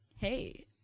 hey